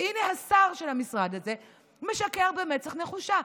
והינה, השר של המשרד הזה משקר במצח נחושה.